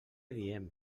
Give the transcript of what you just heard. diem